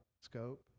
scope